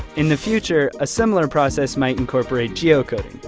in the future, a similar process might incorporate geocoding,